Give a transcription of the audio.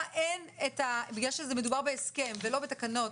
בגלל שמדובר בהסכם ולא בתקנות,